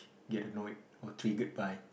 get annoyed or triggered by